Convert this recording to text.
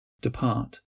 Depart